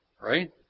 Right